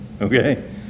okay